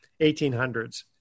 1800s